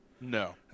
No